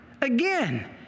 Again